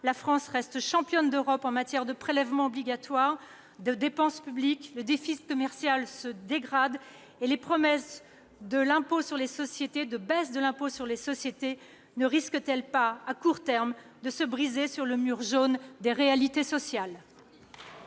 la France reste championne d'Europe en matière de prélèvements obligatoires et de dépenses publiques ; le déficit commercial se dégrade. Enfin, monsieur le ministre, les promesses de baisse de l'impôt sur les sociétés ne risquent-elles pas, à court terme, de se briser sur le mur jaune des réalités sociales.